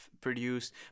produced